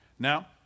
Now